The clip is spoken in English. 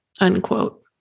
unquote